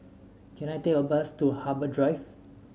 can I take a bus to Harbour Drive